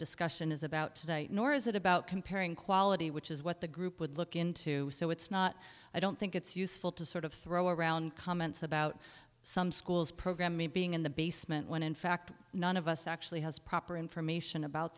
discussion is about today nor is it about comparing quality which is what the group would look into so it's not i don't think it's useful to sort of throw around comments about some schools program me being in the basement when in fact none of us actually has proper information about